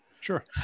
sure